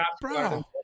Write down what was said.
Bro